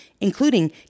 including